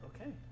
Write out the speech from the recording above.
Okay